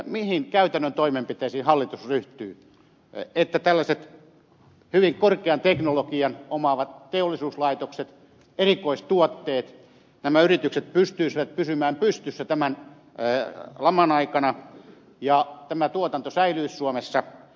mihin käytännön toimenpiteisiin hallitus ryhtyy että tällaiset hyvin korkean teknologian omaavat teollisuuslaitokset jotka valmistavat erikoistuotteita pystyisivät pysymään pystyssä tämän laman aikana ja tuotanto säilyisi suomessa